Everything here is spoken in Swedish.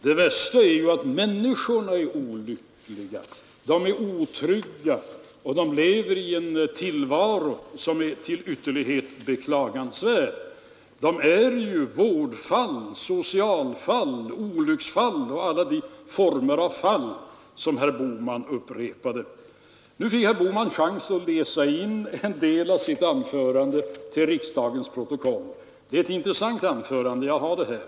Det värsta är att människorna är olyckliga. De är otrygga. De lever i en tillvaro som är till ytterlighet beklagansvärd. De är vårdfall, kriminalfall, socialfall, olycksfall och alla de former av ”fall” som herr Bohman räknade upp. Herr Bohman tog också chansen att här läsa in en del av sitt anförande till riksdagens protokoll. Det är ett intressant anförande. Jag har det här.